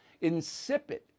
insipid